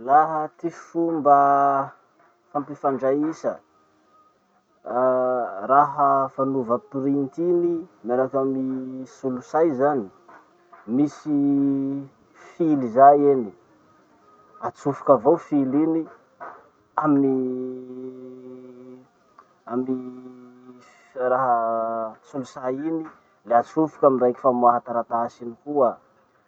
Laha ty fomba fampifandraisa raha fanova printy iny miaraky amy solosay zany. Misy fily zay eny, atsofoky avao fily iny amy amy fiaraha- solosay iny, le atsofoky amy raiky famoaha taratasy iny koa.